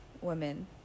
women